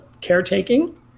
caretaking